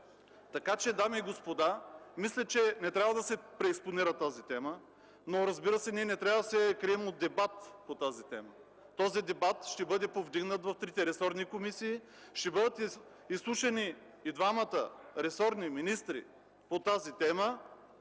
България. Дами и господа, мисля, че не трябва да се преекспонира тази тема. Разбира се, ние не трябва да се крием от дебат по темата. Този дебат ще бъде повдигнат в трите ресорни комисии, ще бъдат изслушани и двамата ресорни министри по темата,